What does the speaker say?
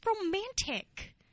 romantic